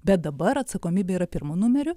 bet dabar atsakomybė yra pirmu numeriu